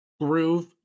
groove